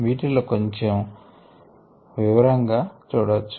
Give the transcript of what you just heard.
వీటిలో గురించి మీరు వివరంగా చూడొచ్చు